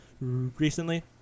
recently